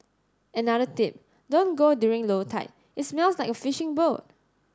another tip don't go during low tide it smells like a fishing boat